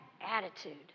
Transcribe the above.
attitude